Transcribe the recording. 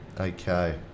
Okay